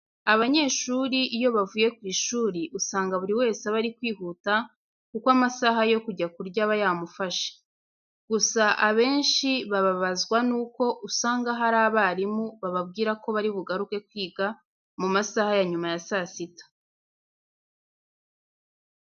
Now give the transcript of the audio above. Abanyeshuri iyo bavuye mu ishuri, usanga buri wese aba ari kwihuta kuko amasaha yo kujya kurya aba yamufashe. Gusa abenshi bababazwa nuko usanga hari abarimu bababwira ko bari bugaruke kwiga mu masaha ya nyuma ya saa sita.